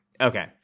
Okay